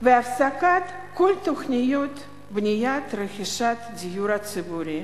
והפסקת כל תוכניות בניית/רכישת דיור ציבורי.